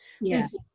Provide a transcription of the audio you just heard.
Yes